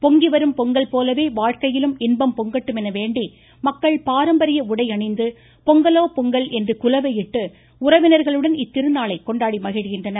பொங்கிவரும் பொங்கல் போலவே வாழ்க்கையிலும் இன்பம் பொங்கட்டும் என வேண்டி மக்கள் பாரம்பரிய உடை அணிந்து பொங்கலோ பொங்கல் என்று குலவையிட்டு உறவினர்களுடன் இத்திருநாளை கொண்டாடி மகிழ்கின்றனர்